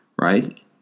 Right